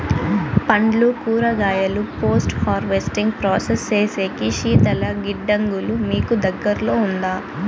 పండ్లు కూరగాయలు post harvesting process సేసేకి శీతల గిడ్డంగులు మీకు దగ్గర్లో ఉందా?